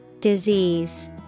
Disease